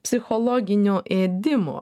psichologinio ėdimo